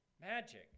magic